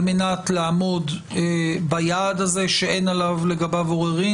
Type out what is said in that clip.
מנת לעמוד ביעד הזה שאין לגביו עוררין.